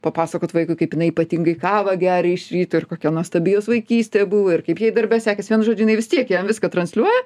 papasakot vaikui kaip jinai ypatingai kavą geria iš ryto ir kokia nuostabi jos vaikystė buvo ir kaip jai darbe sekėsi vien žodynai vis tiek jam viską transliuoja